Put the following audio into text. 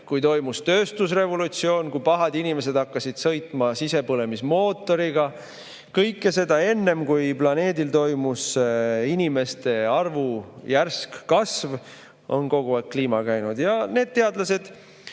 kui toimus tööstusrevolutsioon, kui pahad inimesed hakkasid sõitma sisepõlemismootoriga. Kõik see oli enne, kui planeedil toimus inimeste arvu järsk kasv. Kogu aeg on kliima muutunud. Need teadlased,